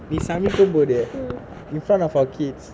நீ சமைக்க போது:nee samaikka pothu in front of our kids